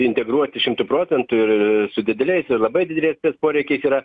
integruoti šimtu procentų ir su dideliais ir labai dideliais spec poreikiais yra